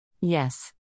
Yes